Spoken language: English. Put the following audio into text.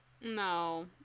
no